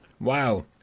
Wow